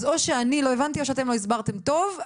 אז או שאני לא הבנתי או שאתם לא הסברתם טוב.